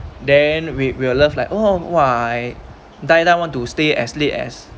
then we will love like oh why die die want to stay as long as